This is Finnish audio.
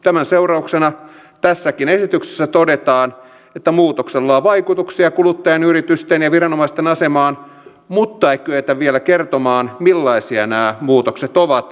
tämän seurauksena tässäkin esityksessä todetaan että muutoksella on vaikutuksia kuluttajan yritysten ja viranomaisten asemaan mutta ei kyetä vielä kertomaan millaisia nämä muutokset ovat